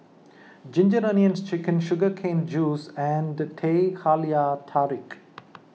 Ginger Onions Chicken Sugar Cane Juice and Teh Halia Tarik